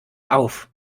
auf